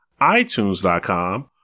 iTunes.com